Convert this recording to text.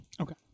Okay